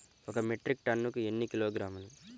ఒక మెట్రిక్ టన్నుకు ఎన్ని కిలోగ్రాములు?